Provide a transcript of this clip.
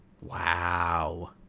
Wow